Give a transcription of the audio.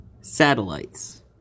satellites